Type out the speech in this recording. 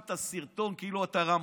פרסמת סרטון כאילו אתה רמבו.